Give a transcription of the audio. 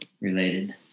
related